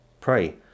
pray